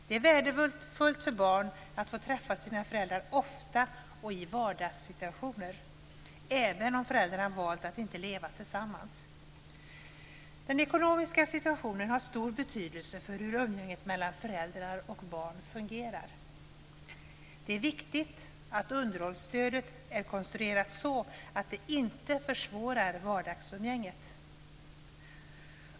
Det är värdefullt för barn att få träffa sina föräldrar ofta och i vardagssituationer, även om föräldrarna valt att inte leva tillsammans. Den ekonomiska situationen har stor betydelse för hur umgänget mellan föräldrar och barn fungerar. Det är viktigt att underhållsstödet är konstruerat så att det inte försvårar vardagsumgänget.